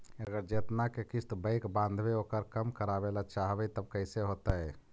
अगर जेतना के किस्त बैक बाँधबे ओकर कम करावे ल चाहबै तब कैसे होतै?